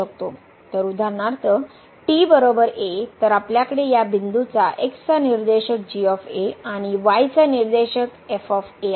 तर उदाहरणार्थ उदाहरणार्थ तर आपल्याकडे या बिंदूचा एक्स चा निर्देशक आणि y चा निर्देशक आहे